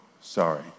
sorry